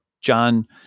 John